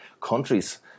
countries